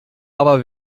aber